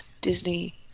Disney